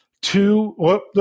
two